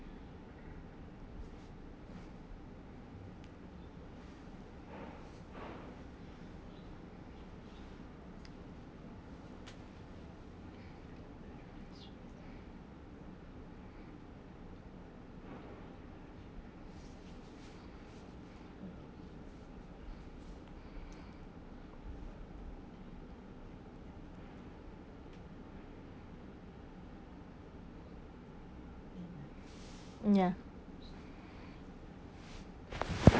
ya